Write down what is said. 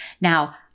Now